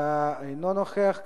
אינו נוכח כאן.